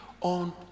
on